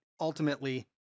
ultimately